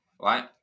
right